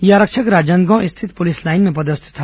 यह आरक्षक राजनांदगांव स्थित पुलिस लाइन में पदस्थ था